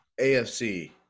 AFC